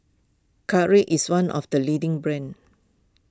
Caltrate is one of the leading brands